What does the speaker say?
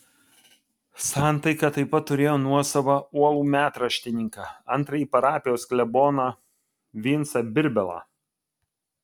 santaika taip pat turėjo nuosavą uolų metraštininką antrąjį parapijos kleboną vincą birbilą